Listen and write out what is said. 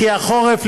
כי החורף,